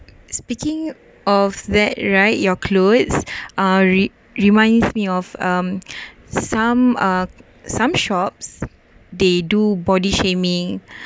speaking of that right your clothes uh re~ reminds me of um some uh some shops they do body shaming